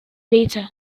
later